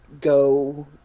go